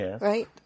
right